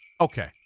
Okay